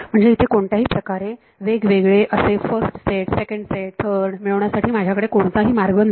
म्हणजे इथे कोणत्याही प्रकारे वेगवेगळे असे फर्स्ट सेट सेकंड सेट आणि थर्ड मिळवण्यासाठी माझ्याकडे कोणताही मार्ग नाही